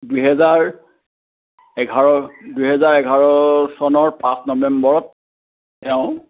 দুহেজাৰ এঘাৰ দুহেজাৰ এঘাৰ চনৰ পাঁচ নৱেম্বৰত তেওঁ